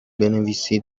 بنویسید